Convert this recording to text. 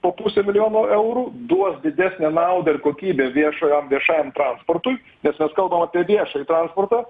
po pusę milijono eurų duos didesnę naudą ir kokybę viešojo viešajam transportui nes mes kalbam apie viešąjį transportą